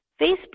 Facebook